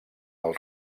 del